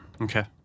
Okay